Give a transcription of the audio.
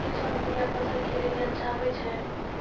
किसान यूरिया फसल के लेली अच्छा होय छै?